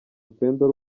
upendo